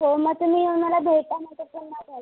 हो मग तुम्ही येऊन मला भेटा मग तसं मग